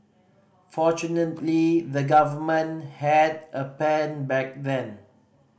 fortunately the government had a plan back then